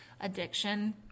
addiction